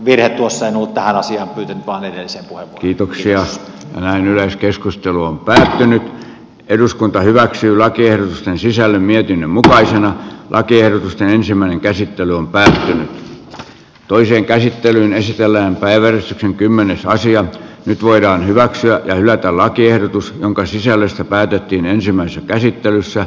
videoasennuttaa asian ydin vaan ensiapua kiitoksia näin yleiskeskustelua väsähtänyt eduskunta hyväksyy lakiehdotusten sisällön mietin mutaisen lakiehdotusten ensimmäinen käsittely on päällään toiseen käsittelyyn esitellään päiväys on kymmenes nyt voidaan hyväksyä tai hylätä lakiehdotus jonka sisällöstä päätettiin ensimmäisessä käsittelyssä